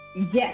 Yes